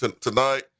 tonight